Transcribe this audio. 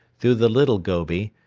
through the little gobi,